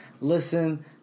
Listen